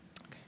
Okay